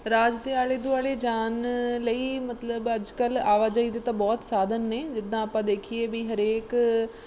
ਰਾਜ ਦੇ ਆਲੇ ਦੁਆਲੇ ਜਾਣ ਲਈ ਮਤਲਬ ਅੱਜ ਕੱਲ੍ਹ ਆਵਾਜਾਈ ਦੇ ਤਾਂ ਬਹੁਤ ਸਾਧਨ ਨੇ ਜਿੱਦਾਂ ਆਪਾਂ ਦੇਖੀਏ ਵੀ ਹਰੇਕ